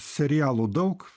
serialų daug